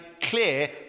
clear